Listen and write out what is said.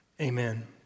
Amen